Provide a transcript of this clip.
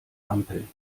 ampeln